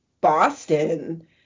Boston